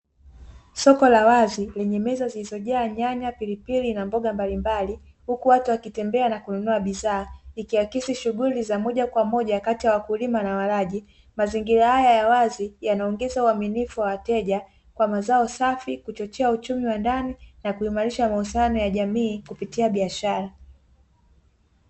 Soko la wazi lenye meza zilizojaa nyanya, pilipili na mboga mbalimbali huku watu wakitembea na kununua bidhaa, ikiakisi shughuli zamoja kwa moja kati ya wakulima na walaji, mazingira haya ya wazi yanaongeza uaminifu wa wateja kwa mazao safi, kuchochea uchumi wa ndani na kuimarisha mahusiano ya jamii kupitia biashara.